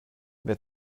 wer